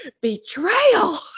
betrayal